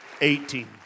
eighteen